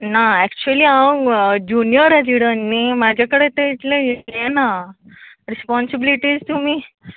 ना ऍक्चली हांव junior resident न्ही म्हजें कडेन तें इतलें हें ना रिस्पॉन्सीबिलिटीझ तुमी